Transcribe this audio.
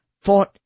fought